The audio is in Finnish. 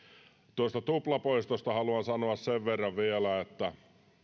tuosta tuplapoistosta haluan sanoa sen verran vielä että